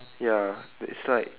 ya it's like